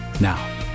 Now